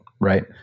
right